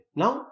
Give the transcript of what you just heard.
now